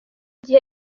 gihe